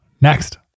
Next